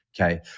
Okay